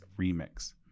remix